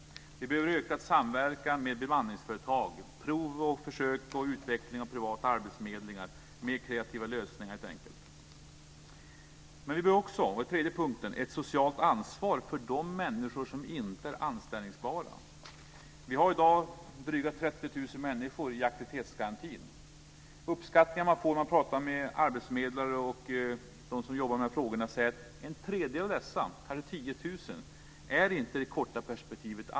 Vi behöver ökad samverkan med bemanningsföretag, försök med och utveckling av privata arbetsförmedlingar. Vi behöver helt enkelt fler kreativa lösningar. För det tredje behöver vi ett socialt ansvar för de människor som inte är anställningsbara. Vi har i dag drygt 30 000 människor i aktivitetsgarantin. Uppskattningar man får om man pratar med arbetsförmedlare och dem som jobbar med frågorna säger att en tredjedel av dessa, kanske 10 000, inte är anställningsbara i det korta perspektivet.